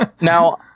Now